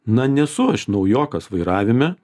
na nesu aš naujokas vairavime